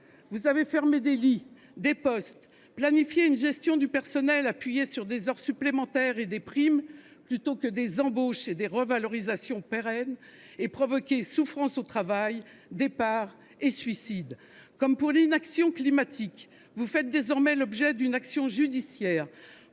Vous avez fermé des lits, supprimé des postes, planifié une gestion du personnel fondée sur des heures supplémentaires et des primes plutôt que sur des embauches et des revalorisations pérennes, et provoqué souffrance au travail, départs et suicides. Comme en matière d'inaction climatique, vous faites l'objet d'une action en justice